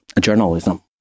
journalism